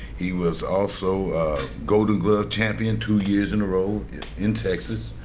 he was also golden glove champion two years in a row in texas.